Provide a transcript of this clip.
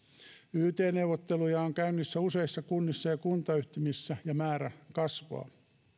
yt neuvotteluja on käynnissä useissa kunnissa ja kuntayhtymissä ja määrä kasvaa